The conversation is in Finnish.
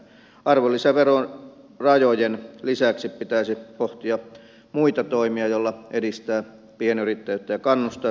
arvonlisäveron rajojen lisäksi pitäisi pohtia muita toimia joilla edistää pienyrittäjyyttä ja kannustaa siihen